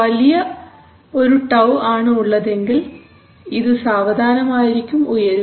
വലിയ ഒരു τ ആണ് ഉള്ളതെങ്കിൽ ഇത് സാവധാനം ആയിരിക്കും ഉയരുക